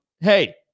Hey